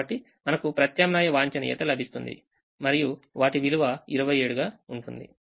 కాబట్టి మనకు ప్రత్యామ్నాయ వాంఛనీయత లభిస్తుంది మరియు వాటి విలువ 27 గా ఉంటుంది